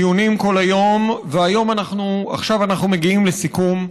דיונים כל היום, ועכשיו אנחנו מגיעים לסיכום.